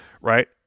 right